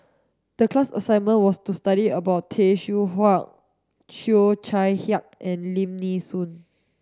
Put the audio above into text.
the class assignment was to study about Tay Seow Huah Cheo Chai Hiang and Lim Nee Soon